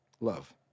Love